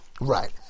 Right